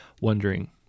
wondering